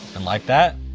and like that,